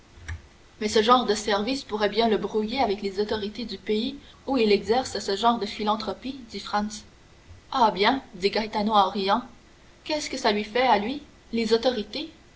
mais ce genre de service pourrait bien le brouiller avec les autorités du pays où il exerce ce genre de philanthropie dit franz ah bien dit gaetano en riant qu'est-ce que ça lui fait à lui les autorités